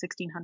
1600